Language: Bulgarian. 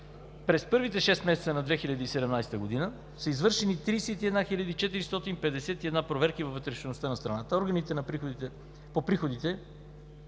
През първите шест месеца на 2017 г. са извършени 31 451 проверки във вътрешността на страната. Органите по приходите